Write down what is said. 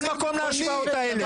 אין מקום להשוואות האלה.